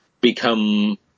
become